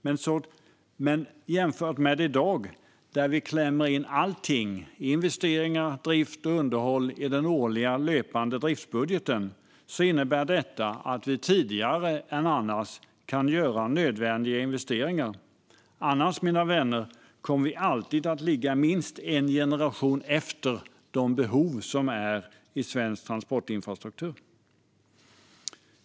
Men jämfört med i dag, då vi klämmer in allting - investeringar, drift och underhåll - i den årliga löpande driftsbudgeten innebär detta att vi tidigare än annars kan göra nödvändiga investeringar. Annars, mina vänner, kommer vi alltid att ligga minst en generation efter de behov som finns i svensk transportinfrastruktur.